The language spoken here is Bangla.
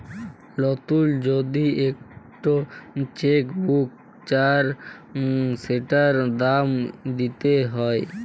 লতুল যদি ইকট চ্যাক বুক চায় সেটার দাম দ্যিতে হ্যয়